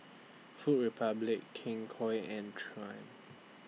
Food Republic King Koil and Triumph